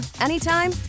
anytime